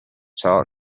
ciò